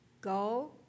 Go